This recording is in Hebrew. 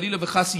חלילה וחס,